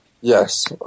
Yes